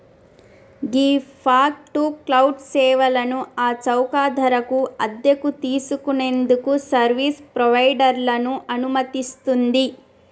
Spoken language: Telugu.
గీ ఫాగ్ టు క్లౌడ్ సేవలను ఆ చౌక ధరకు అద్దెకు తీసుకు నేందుకు సర్వీస్ ప్రొవైడర్లను అనుమతిస్తుంది